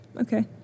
Okay